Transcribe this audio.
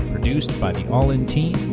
produced by the all in team,